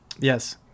Yes